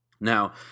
Now